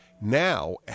Now